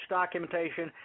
documentation